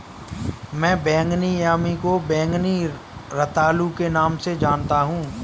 मैं बैंगनी यामी को बैंगनी रतालू के नाम से जानता हूं